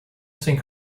sem